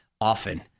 often